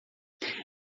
ela